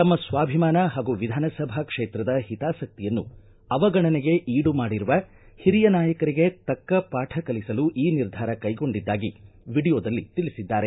ತಮ್ಮ ಸ್ವಾಭಿಮಾನ ಹಾಗೂ ವಿಧಾನಸಭಾ ಕ್ಷೇತ್ರದ ಹಿತಾಸಕ್ತಿಯನ್ನು ಅವಗಣನೆಗೆ ಈಡು ಮಾಡಿರುವ ಹಿರಿಯ ನಾಯಕರಿಗೆ ತಕ್ಕ ಪಾಠ ಕಲಿಸಲು ಈ ನಿರ್ಧಾರ ಕೈಗೊಂಡಿದ್ದಾಗಿ ವಿಡಿಯೋದಲ್ಲಿ ತಿಳಿಸಿದ್ದಾರೆ